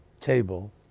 table